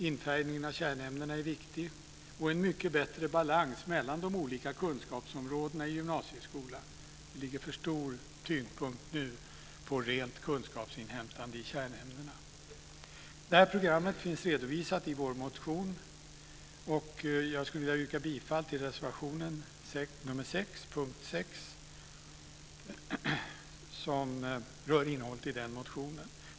Infärgningen av kärnämnena är viktig, och vi vill ha en mycket bättre balans mellan de olika kunskapsområdena i gymnasieskolan. Det ligger för stor tyngdpunkt nu på rent kunskapsinhämtande i kärnämnena. Det här programmet finns redovisat i vår motion. Jag skulle vilja yrka bifall till reservation nr 6 under punkt 6 som rör innehållet i den motionen.